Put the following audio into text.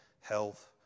health